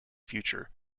future